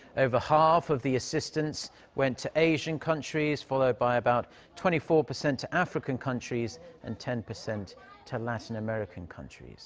over half of the assistance went to asian countries, followed by around twenty four percent to african countries and ten percent to latin american countries.